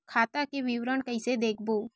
खाता के विवरण कइसे देखबो?